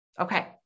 okay